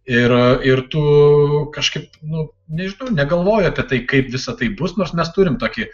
ir ir tu kažkaip nu nežinau negalvoji apie tai kaip visa tai bus nors mes turim tokį